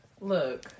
Look